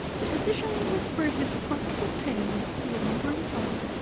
the physician whispered his frightful tale to the wondering father.